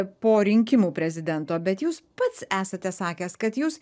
po rinkimų prezidento bet jūs pats esate sakęs kad jūs